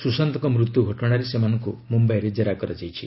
ସୁଶାନ୍ତଙ୍କ ମୃତ୍ୟୁ ଘଟଣାରେ ସେମାନଙ୍କୁ ମୁମ୍ୟାଇରେ କେରା କରାଯାଇଛି